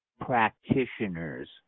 practitioners